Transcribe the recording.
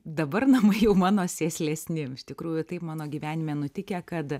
dabar namai jau mano sėslesni iš tikrųjų taip mano gyvenime nutikę kad